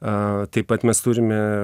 a taip pat mes turime